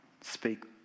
speak